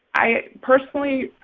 i personally,